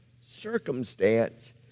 circumstance